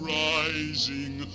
rising